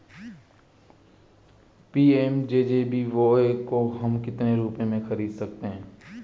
PMJJBY को हम कितने रुपयों में खरीद सकते हैं?